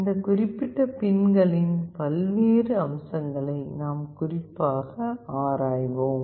இந்த குறிப்பிட்ட பின்களின் பல்வேறு அம்சங்களை நாம் குறிப்பாக ஆராய்வோம்